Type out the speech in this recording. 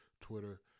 Twitter